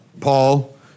Paul